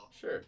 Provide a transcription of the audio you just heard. Sure